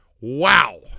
Wow